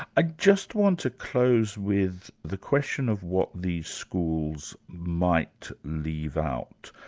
i just want to close with the question of what these schools might leave out.